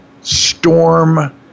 storm